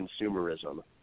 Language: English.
consumerism